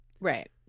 right